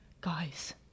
Guys